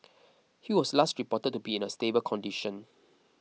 he was last reported to be in a stable condition